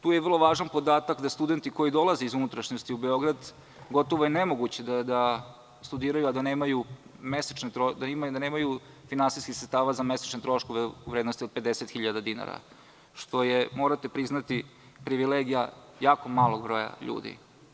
Tu je vrlo važan podatak da studenti koji dolaze iz unutrašnjosti u Beograd gotovo je nemoguće da studiraju a da nemaju finansijskih sredstava za mesečne troškove u vrednosti od 50 hiljada dinara, što je, morate priznati, privilegija jako malog broja ljudi.